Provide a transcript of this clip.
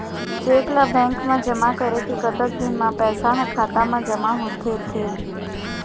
Cheque ला bank मा जमा करे के कतक दिन मा पैसा हा खाता मा जमा होथे थे?